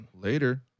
later